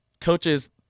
coaches